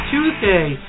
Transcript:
Tuesday